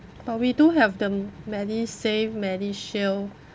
but we do have the medisave medishield